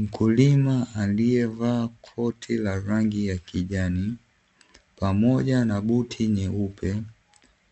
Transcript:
Mkulima aliyevaaa koti la rangi ya kijani, pamoja na buti nyeupe